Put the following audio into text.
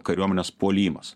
kariuomenės puolimas